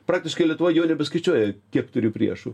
praktiškai lietuva jau nebeskaičiuoja kiek turi priešų